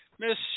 Miss